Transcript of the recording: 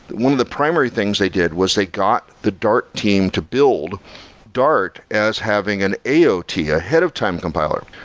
one of the primary things they did was they got the dart team to build dart as having an aot, yeah ahead of time compiler.